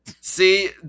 See